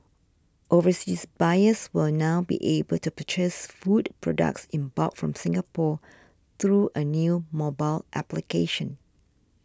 overseas buyers will now be able to purchase food products in bulk from Singapore through a new mobile application